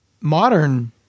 modern